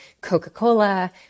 Coca-Cola